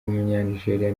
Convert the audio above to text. w’umunyanigeriya